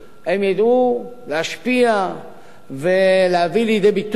הם ידעו להשפיע ולהביא לידי ביטוי